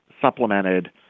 supplemented